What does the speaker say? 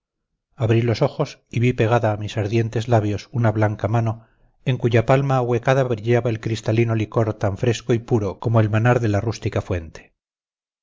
abrí los ojos y vi pegada a mis ardientes labios una blanca mano en cuya palma ahuecada brillaba el cristalino licor tan fresco y puro como el manar de la rústica fuente